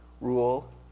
rule